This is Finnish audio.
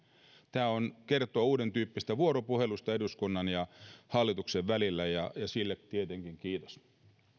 tämä kertoo uudentyyppisestä vuoropuhelusta eduskunnan ja hallituksen välillä ja sille tietenkin kiitos